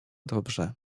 dobrze